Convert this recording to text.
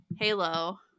halo